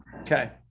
okay